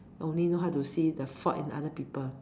only know how to see the fault in other people